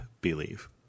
believe